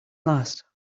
last